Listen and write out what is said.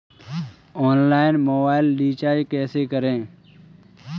Online mobile recharge कैसे करें?